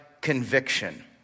conviction